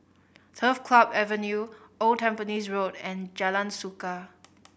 Turf Club Avenue Old Tampines Road and Jalan Suka